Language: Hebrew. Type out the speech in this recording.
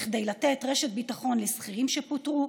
כדי לתת רשת ביטחון לשכירים שפוטרו,